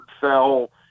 fell